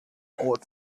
oat